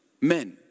men